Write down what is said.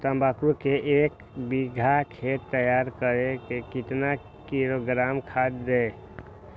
तम्बाकू के एक बीघा खेत तैयार करें मे कितना किलोग्राम खाद दे?